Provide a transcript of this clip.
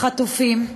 "החטופים",